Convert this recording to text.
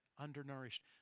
undernourished